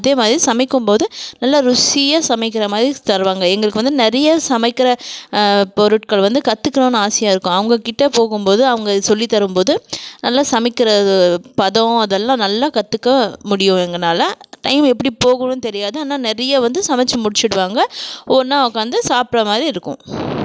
அதே மாதிரி சமைக்கும்போது நல்லா ருசியாக சமைக்கிற மாதிரி தருவாங்க எங்களுக்கு வந்து நிறையா சமைக்கிற பொருட்கள் வந்து கத்துக்கணுன்னு ஆசையாக இருக்கும் அவங்கக்கிட்ட போகும்போது அவங்க சொல்லித்தரும்போது நல்லா சமைக்கிறது பதம் அதெல்லாம் நல்லா கற்றுக்க முடியும் எங்களால டயம் எப்படி போகுதுன்னு தெரியாது ஆனால் நிறையா வந்து சமைச்சி முடித்திடுவாங்க ஒன்னாக உக்கார்ந்து சாப்பிட்ற மாதிரி இருக்கும்